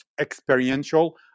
experiential